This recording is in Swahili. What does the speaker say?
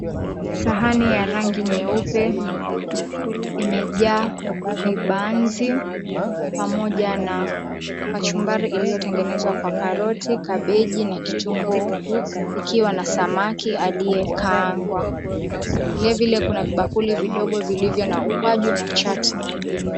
Sahani ya rangi nyeupe imejaa vibanzi pamoja na kachumbari iliyotengenezwa kwa karoti, kabeji na kitunguu ikiwa na samaki aliyekaangwa. Vilevile kuna vibakuli vidogo vilivyo na ukwaju na chutney .